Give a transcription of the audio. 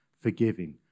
forgiving